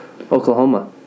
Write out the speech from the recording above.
Oklahoma